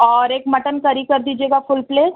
اور ایک mutton curry کر دیجیے گا فل پلیٹ